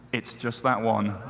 it's just that one.